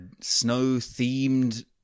snow-themed